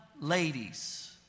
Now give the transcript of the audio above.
ladies